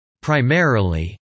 Primarily